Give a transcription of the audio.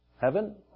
Heaven